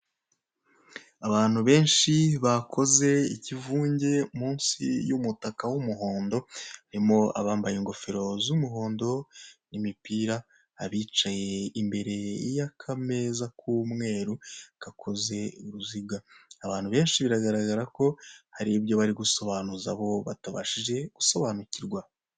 Abantu benshi bakoze ikivunge munsi y'umutaka w'umuhondo, hari abambaye ingofero z'umuhondo n'imipira, abicaye imbere y'akameza k'umweru kakoze uruziga, abantu benshi biragaragara ko hari ibyo bari gusobanuza batabashije gusobanukirwa.